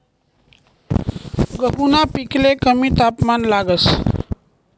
गहूना पिकले कमी तापमान लागस